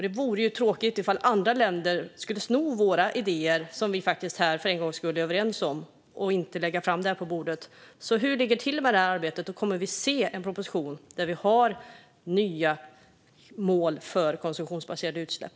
Det vore ju tråkigt om andra länder skulle sno våra idéer, som vi för en gångs skull är överens om här men som inte läggs fram på bordet. Hur ligger det till med arbetet, och kommer vi att få se en proposition med nya mål för konsumtionsbaserade utsläpp?